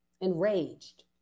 enraged